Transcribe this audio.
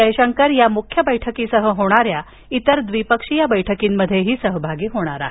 जयशंकर या मुख्य बैठकीसह होणाऱ्या इतर द्विपक्षीय बैठकीमध्येही सहभागी होणार आहेत